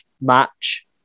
match